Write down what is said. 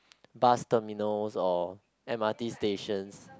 bus terminals or m_r_t stations